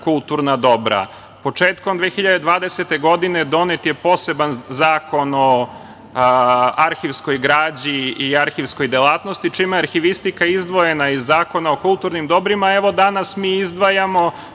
kulturna dobra. Početkom 2020. godine donet je poseban Zakon o arhivskoj građi i arhivskoj delatnosti, čime je arhivistika izdvojena iz Zakona o kulturnim dobrima, a evo danas mi izdvajamo,